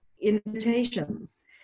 invitations